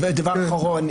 ודבר אחרון,